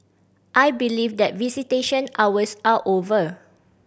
I believe that visitation hours are over